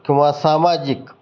किंवा सामाजिक